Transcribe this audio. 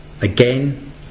again